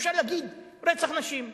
אפשר להגיד: רצח נשים.